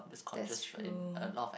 that's true